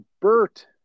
Bert